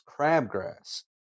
crabgrass